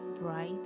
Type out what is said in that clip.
bright